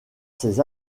ces